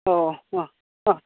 ഓ ആ ആ